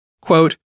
Quote